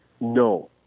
No